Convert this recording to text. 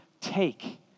take